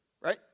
right